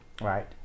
right